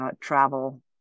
travel